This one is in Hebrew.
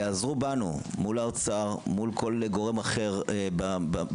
תיעזרו בנו מול האוצר ומול כל גורם אחר בממשלה.